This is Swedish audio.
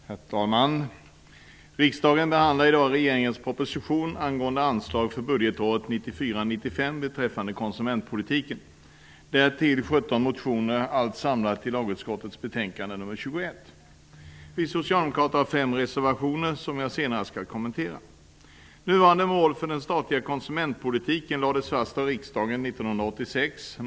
Herr talman! Riksdagen behandlar i dag regeringens proposition angående anslag för budgetåret 1994/95 beträffande konsumentpolitiken och därtill 17 motioner, allt samlat i lagutskottets betänkande nr 21. Vi socialdemokrater har till betänkandet fogat fem reservationer, som jag senare skall kommentera. Nuvarande mål för den statliga konsumentpolitiken lades fast av riksdagen 1986.